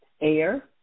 air